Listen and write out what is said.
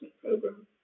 program